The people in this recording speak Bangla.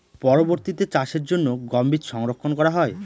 পরবর্তিতে চাষের জন্য গম বীজ সংরক্ষন করা হয়?